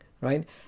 right